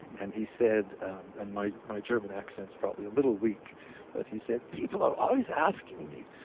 and he said and my my german accent's probably a little weak but he said, people are always asking me,